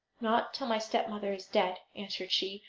not till my stepmother is dead answered she,